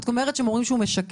את אומרת שהם אומרים שהוא משקר.